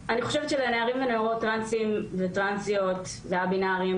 אני חושבת שלנערים ונערות טרנסים וטרנסיות וא-בינארים